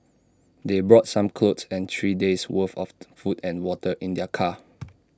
they brought some clothes and three days' worth of food and water in their car